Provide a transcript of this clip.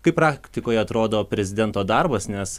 kaip praktikoje atrodo prezidento darbas nes